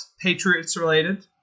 Patriots-related